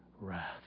wrath